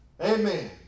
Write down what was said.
Amen